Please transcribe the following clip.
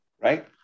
right